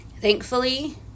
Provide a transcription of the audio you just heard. Thankfully